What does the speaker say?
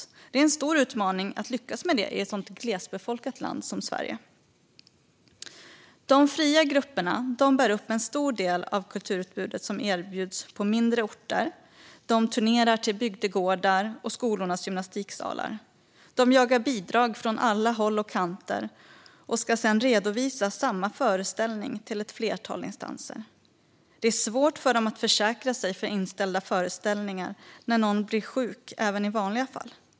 Det är en stor utmaning att lyckas med det i ett så glesbefolkat land som Sverige. De fria grupperna bär upp en stor del av det kulturutbud som erbjuds på mindre orter. De turnerar till bygdegårdar och skolornas gymnastiksalar. De jagar bidrag från alla håll och kanter och ska sedan redovisa samma föreställning för ett flertal instanser. Det är även i vanliga fall svårt för dem att försäkra sig mot inställda föreställningar när någon blir sjuk.